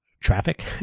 traffic